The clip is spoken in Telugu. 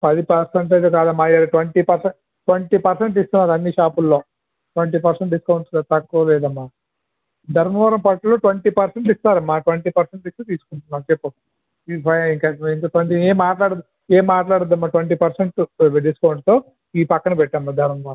పది పర్సెంట్ ఐతే కాదమ్మ ఇక్కడ ట్వంటీ పెర్సెంట్ ట్వంటీ పర్సెంట్ ఇస్తున్నారు అన్ని షాపుల్లో ట్వంటీ పర్సెంట్ డిస్కౌంట్ తక్కువ లేదమ్మా ధర్మవరం పట్టులో ట్వంటీ పెర్సెంట్ ఇస్తునారమ్మ ట్వంటీ పెర్సెంట్ ఇచ్చి తీసుకుంటున్నాం చెప్పు ఇంక ఇంకేం మాట్లాదమ్మ ట్వంటీ పర్సెంట్ అది డిస్కౌంట్ తో ఇవి పక్కన పెట్టమ్మా ధర్మవరం